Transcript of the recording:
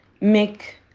make